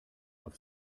auf